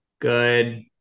Good